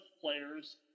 players